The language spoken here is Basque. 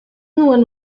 nuen